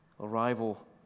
arrival